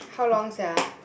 how long sia